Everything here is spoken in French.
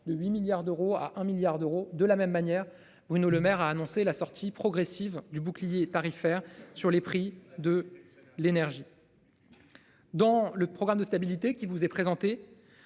de 8 milliards d'euros à 1 milliard d'euros de la même manière. Bruno Le Maire a annoncé la sortie progressive du bouclier tarifaire sur les prix de l'énergie. Merci. Dans le programme de stabilise. Qui vous est présenté.